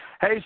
Hey